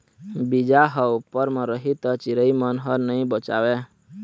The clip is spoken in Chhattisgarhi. बीजा ह उप्पर म रही त चिरई मन ह नइ बचावय